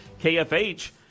KFH